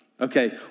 Okay